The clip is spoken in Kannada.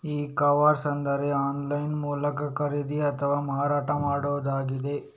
ಇ ಕಾಮರ್ಸ್ ಅಂದ್ರೆ ಆನ್ಲೈನ್ ಮೂಲಕ ಖರೀದಿ ಅಥವಾ ಮಾರಾಟ ಮಾಡುದಾಗಿದೆ